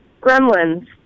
Gremlins